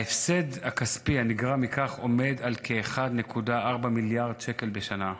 ההפסד הכספי שנגרם מכך עומד על כ-1.4 מיליארד שקל בשנה,